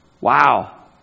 Wow